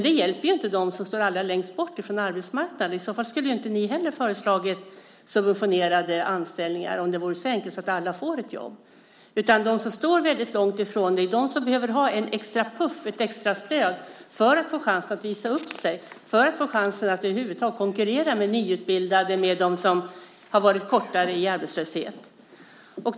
Det hjälper ju inte dem som står allra längst bort från arbetsmarknaden. Om det vore så enkelt så att alla får ett jobb skulle inte ni heller ha föreslagit subventionerade anställningar. Det är de som står väldigt långt ifrån som behöver ha en extra puff och ett extra stöd för att få chansen att visa upp sig och över huvud taget kunna konkurrera med nyutbildade och dem som varit arbetslösa kortare tid.